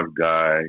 guy